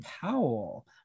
Powell